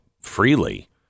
freely